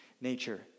nature